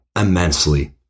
immensely